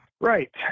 Right